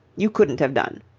you couldn't have done.